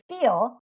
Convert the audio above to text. feel